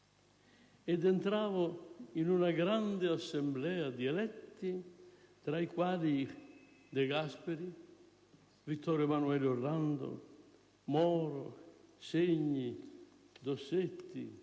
ed entravo in una grande Assemblea di eletti, tra i quali De Gasperi, Vittorio Emanuele Orlando, Moro, Segni, Dossetti,